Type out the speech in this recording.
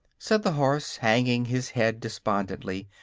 said the horse, hanging his head despondently,